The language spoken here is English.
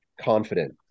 confident